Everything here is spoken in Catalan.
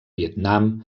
vietnam